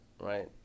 Right